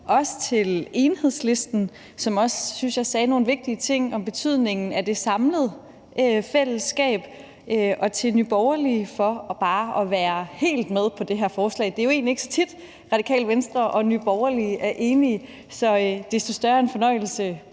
også til Enhedslisten, som – synes jeg – også sagde nogle vigtige ting om betydningen af det samlede fællesskab, og til Nye Borgerlige for bare at være helt med på det her forslag. Det er jo egentlig ikke så tit, Radikale Venstre og Nye Borgerlige er enige, så desto større en fornøjelse